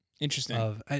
Interesting